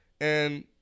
And-